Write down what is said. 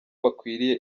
bakwiriye